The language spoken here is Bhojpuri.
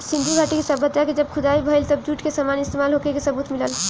सिंधु घाटी के सभ्यता के जब खुदाई भईल तब जूट के सामान इस्तमाल होखे के सबूत मिलल